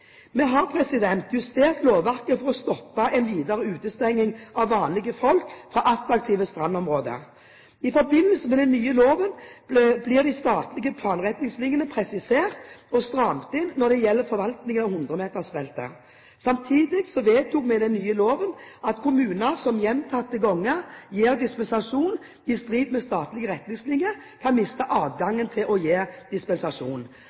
Vi har justert lovverket for å stoppe en videre utestenging av vanlige folk fra attraktive strandområder. I forbindelse med den nye loven blir de statlige planretningslinjene presisert og strammet inn når det gjelder forvaltningen av 100-metersbeltet. Samtidig vedtok vi i den nye loven at kommuner som gjentatte ganger gir dispensasjon i strid med statlige retningslinjer, kan miste adgangen til å gi dispensasjon.